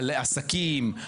על עסקים,